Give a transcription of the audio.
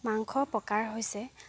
মাংস প্ৰকাৰ হৈছে